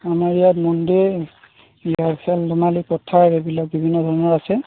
আমাৰ ইয়াত মন ডে' মনালি পথাৰ এইবিলাক বিভিন্ন ধৰণৰ আছে